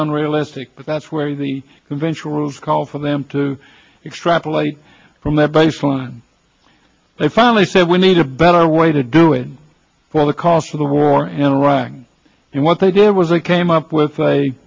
unrealistic but that's where the conventional routes call for them to extrapolate from that based on they finally said we need a better way to do it for the cost of the war in iraq and what they did was they came up with a